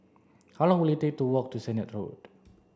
how long will it take to walk to Sennett Road